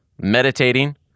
meditating